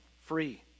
free